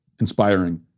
inspiring